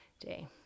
day